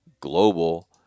global